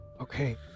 Okay